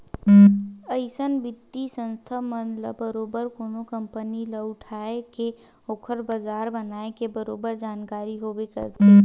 अइसन बित्तीय संस्था मन ल बरोबर कोनो कंपनी ल उठाय के ओखर बजार बनाए के बरोबर जानकारी होबे करथे